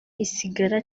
isigara